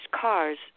cars